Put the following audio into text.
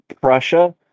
Prussia